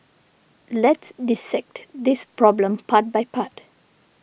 let's dissect this problem part by part